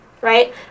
right